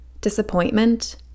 Disappointment